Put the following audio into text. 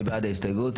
מי בעד קבלת ההסתייגות?